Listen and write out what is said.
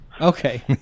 Okay